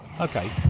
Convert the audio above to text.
Okay